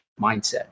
mindset